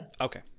Okay